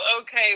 okay